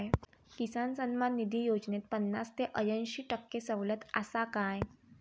किसान सन्मान निधी योजनेत पन्नास ते अंयशी टक्के सवलत आसा काय?